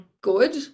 good